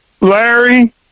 Larry